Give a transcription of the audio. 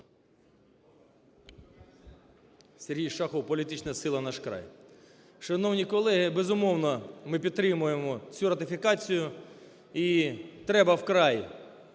Сергій Шахов, політична сила "Наш край". Шановні колеги, безумовно, ми підтримуємо цю ратифікацію. І треба вкрай